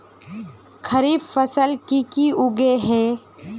खरीफ फसल की की उगैहे?